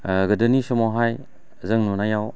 गोदोनि समावहाय जों नुनायाव